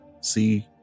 see